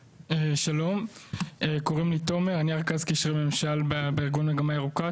שלום, אני רכז קשרי ממשל בארגון מגמה ירוקה.